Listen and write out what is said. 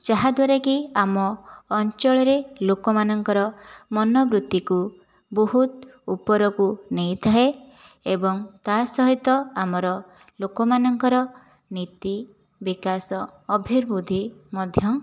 ଯାହାଦ୍ଵାରାକି ଆମ ଅଞ୍ଚଳରେ ଲୋକମାନଙ୍କର ମନୋବୃତ୍ତିକୁ ବହୁତ ଉପରକୁ ନେଇଥାଏ ଏବଂ ତା' ସହିତ ଆମର ଲୋକମାନଙ୍କର ନୀତି ବିକାଶ ଅଭିବୃଦ୍ଧି ମଧ୍ୟ